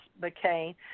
McCain